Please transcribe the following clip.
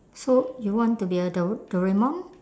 so you want to be a do~ doraemon